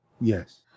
Yes